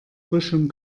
frischem